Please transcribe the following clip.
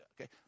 Okay